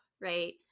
right